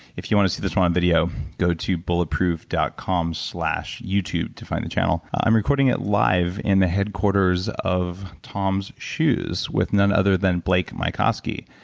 if you want to see this video go to bulletproof dot com slash youtube to find the channel. i'm recording it live in the headquarters of toms shoes with none other than blake mycoskie,